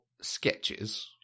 sketches